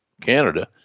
Canada